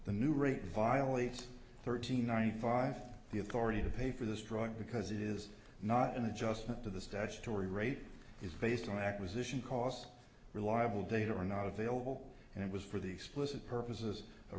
the new rate violates thirteen ninety five the authority to pay for this drug because it is not an adjustment to the statutory rape is based on acquisition costs reliable data are not available and it was for the explicit purposes